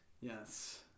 Yes